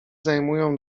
zajmują